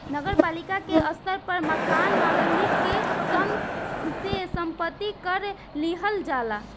नगर पालिका के स्तर पर मकान मालिक सन से संपत्ति कर लिहल जाला